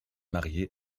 marié